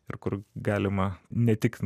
ir kur galima ne tik